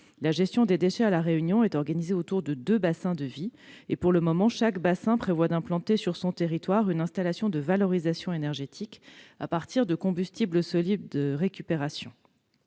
La gestion des déchets sur l'île est organisée autour de deux bassins de vie. Pour le moment, chaque bassin prévoit d'implanter sur son territoire une installation de valorisation énergétique à partir de combustibles solides de récupération.